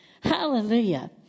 Hallelujah